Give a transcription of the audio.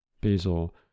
Basil